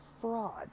fraud